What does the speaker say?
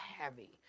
heavy